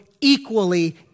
equally